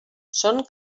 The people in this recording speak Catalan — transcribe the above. són